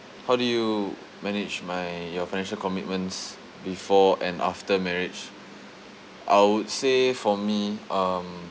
how do you manage my your financial commitments before and after marriage I would say for me um